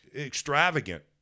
Extravagant